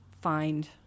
find